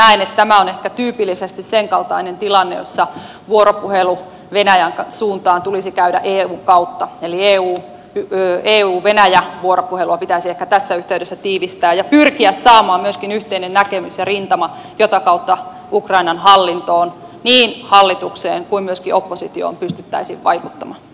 mutta näen että tämä on ehkä tyypillisesti senkaltainen tilanne jossa vuoropuhelu venäjän suuntaan tulisi käydä eun kautta eli euvenäjä vuoropuhelua pitäisi ehkä tässä yhteydessä tiivistää ja pyrkiä saamaan myöskin yhteinen näkemys ja rintama jota kautta ukrainan hallintoon niin hallitukseen kuin myöskin oppositioon pystyttäisiin vaikuttamaan